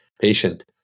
patient